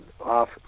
off